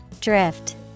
Drift